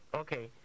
okay